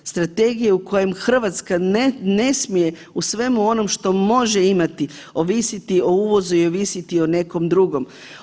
Strategija u kojem Hrvatska ne smije u svemu onom što može imati ovisiti o uvozu i ovisiti o nekom drugom.